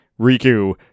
Riku